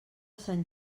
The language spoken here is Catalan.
sant